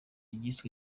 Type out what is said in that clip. ryiswe